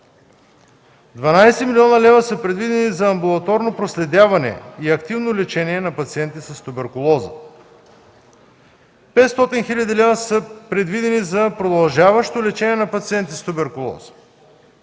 милиона лева са предвидени за амбулаторно проследяване и активно лечение на пациенти с туберкулоза. Петстотин хиляди лева са предвидени за продължаващо лечение на пациенти с туберкулоза.